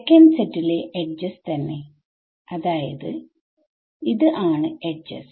second സെറ്റിലെ edges തന്നെ അതായത് Us ആണ് എഡ്ജസ്